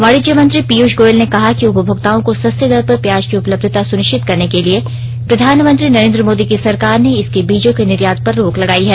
वाणिज्य मंत्री पीयूष गोयल ने कहा कि उपभोक्ताओं को सस्ते दर पर प्याज की उपलब्धता सुनिश्चित करने के लिये प्रधानमंत्री नरेंद्र मोदी की सरकार ने इसके बीजों के निर्यात पर रोक लगायी है